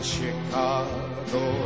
Chicago